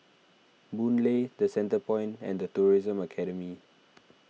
Boon Lay the Centrepoint and the Tourism Academy